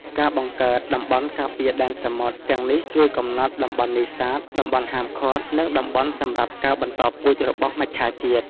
ការបង្កើត តំបន់ការពារដែនសមុទ្រ ទាំងនេះជួយកំណត់តំបន់នេសាទ តំបន់ហាមឃាត់ និងតំបន់សម្រាប់ការបន្តពូជរបស់មច្ឆាជាតិ។